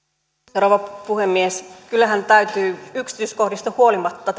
rouva puhemies kyllähän täytyy yksityiskohdista huolimatta